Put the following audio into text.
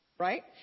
Right